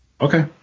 Okay